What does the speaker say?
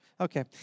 Okay